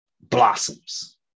blossoms